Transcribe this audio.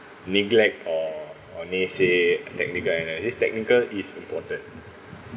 neglect or only say technical analysis technical is important